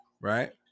Right